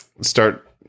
start